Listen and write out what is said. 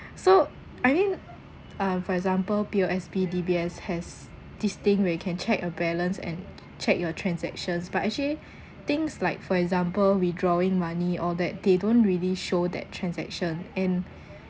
so I mean uh for example P_O_S_B D_B_S has this thing where you can check your balance and check your transactions but actually things like for example withdrawing money all that they don't really show that transaction and